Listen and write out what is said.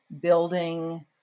building